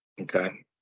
okay